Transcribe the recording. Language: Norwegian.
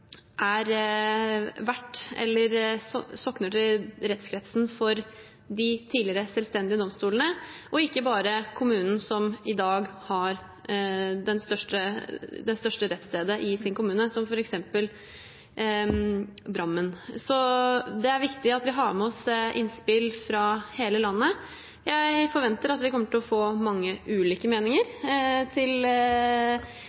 i dag har det største rettsstedet i sin kommune, som f.eks. Drammen. Det er viktig at vi tar med oss innspill fra hele landet. Jeg forventer at mange ulike meninger kommer til å komme til uttrykk i høringsrunden. Dette er en sak som det har vært mye diskusjon om i mange